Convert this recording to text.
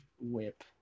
WHIP